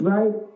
Right